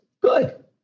good